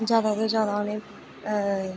जैदा तूं जैदा उ'नें